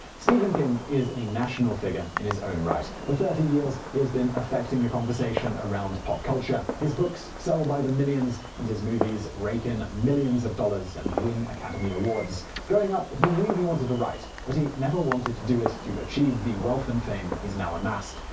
stephen king is a national figure in his own right. for thirty years he has been affecting the conversation around pop culture. his books sell by the millions, and his movies rake in millions of dollars and win academy awards. growing up, he knew he wanted to write, but he never wanted to do it to achieve the wealth and fame he's now amassed.